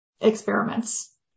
experiments